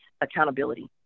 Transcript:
accountability